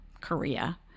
Korea